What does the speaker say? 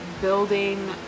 building